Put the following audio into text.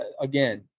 again